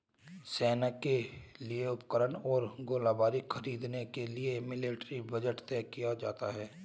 सेना के लिए उपकरण और गोलीबारी खरीदने के लिए मिलिट्री बजट तय किया जाता है